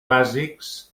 bàsics